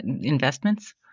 investments